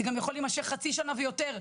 זה גם יכול להמשך חצי שנה ויותר,